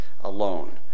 alone